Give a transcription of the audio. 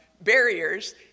barriers